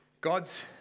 God's